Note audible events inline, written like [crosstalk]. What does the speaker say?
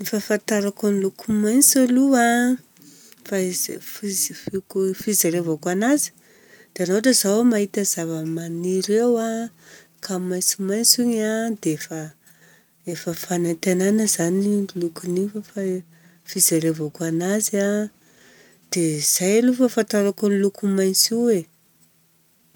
Ny fahafantarako ny loko maintso aloha a, [noise] fijerevako anazy, raha ohatra izao mahita zava-maniry eo a, ka maintsomaintso igny a, dia efa, dia efa fanantenana izany i lokon'igny, fa fijerevako anazy a. Dia izay aloha ny fahafantarako loko maintso io e!